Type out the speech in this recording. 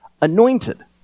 anointed